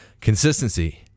Consistency